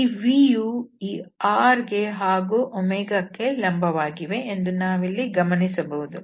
ಈ vಯು ಈ r ಗೆ ಹಾಗೂಕ್ಕೆ ಲಂಬವಾಗಿದೆ ಎಂದು ನಾವಿಲ್ಲಿ ಗಮನಿಸಬಹುದು